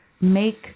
make